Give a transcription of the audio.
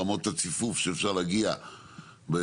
רמות הציפוף שאפשר להגיע בהתייעלות,